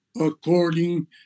according